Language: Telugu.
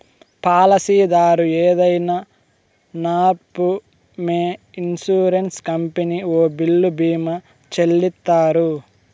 పాలసీదారు ఏదైనా నట్పూమొ ఇన్సూరెన్స్ కంపెనీ ఓల్లు భీమా చెల్లిత్తారు